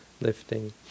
lifting